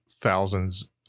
thousands